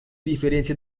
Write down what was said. diferencia